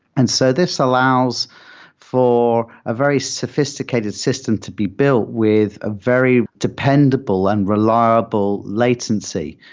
and so this allows for a very sophisticated system to be built with a very dependable and reliable latency.